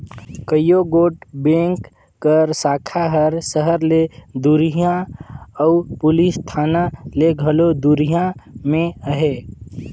कइयो गोट बेंक कर साखा हर सहर ले दुरिहां अउ पुलिस थाना ले घलो दुरिहां में अहे